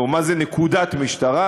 לבין נקודת משטרה,